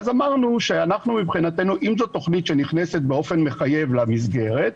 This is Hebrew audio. אמרנו שמבחינתנו אם זאת תוכנית שנכנסת באופן מחייב למסגרת,